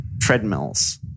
treadmills